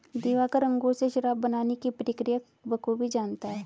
दिवाकर अंगूर से शराब बनाने की प्रक्रिया बखूबी जानता है